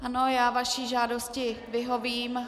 Ano, já vaší žádosti vyhovím.